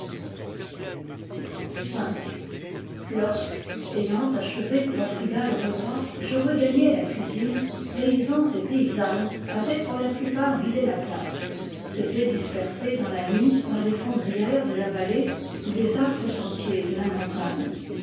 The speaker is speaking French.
v lorsque ayant achevé mon frugal repas je regagnai la cuisine paysans et paysannes avaient pour la plupart vidé la place s'étaient dispersés dans la nuit par les fondrières de la vallée ou les âpres sentiers de la montagne